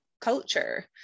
culture